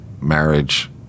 Marriage